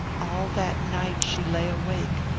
all that night she lay awake,